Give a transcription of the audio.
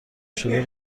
شده